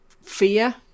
fear